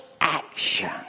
action